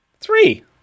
Three